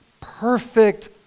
perfect